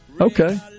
Okay